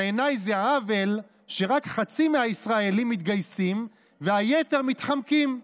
בעיניי זה עוול שרק חצי מהישראלים מתגייסים והיתר מתחמקים,